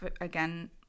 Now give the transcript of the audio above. again